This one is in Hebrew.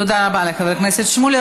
תודה רבה לחבר הכנסת שמולי.